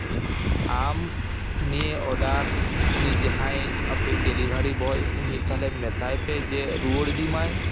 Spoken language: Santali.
ᱟᱢ ᱱᱤᱭᱟᱹ ᱚᱰᱟᱨ ᱩᱱᱤ ᱡᱟᱦᱟᱸᱭ ᱟᱯᱮᱭᱤᱡ ᱰᱮᱞᱤᱵᱷᱟᱨᱤ ᱵᱚᱭ ᱩᱱᱤ ᱛᱟᱦᱚᱞᱮ ᱢᱮᱛᱟᱭ ᱯᱮ ᱡᱮ ᱨᱩᱣᱟᱹᱲ ᱤᱫᱤ ᱢᱟᱭ